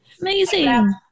Amazing